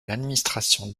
l’administration